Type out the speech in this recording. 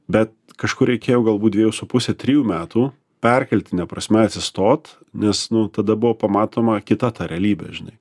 bet kažkur reikėjo galbūt dvejų su puse trijų metų perkeltine prasme atsistot nes nu tada buvo pamatoma ir kita ta realybė žinai